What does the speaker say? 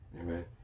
Amen